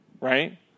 right